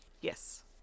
Yes